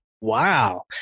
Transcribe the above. wow